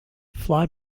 fly